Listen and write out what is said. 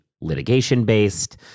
litigation-based